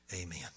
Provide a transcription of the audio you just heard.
Amen